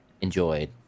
enjoyed